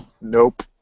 Nope